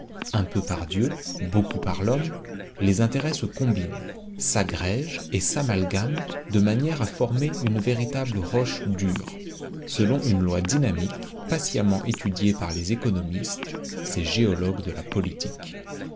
un peu par dieu beaucoup par l'homme les intérêts se combinent s'agrègent et s'amalgament de manière à former une véritable roche dure selon une loi dynamique patiemment étudiée par les économistes ces géologues de la politique